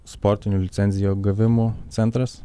sportinių licencijų gavimo centras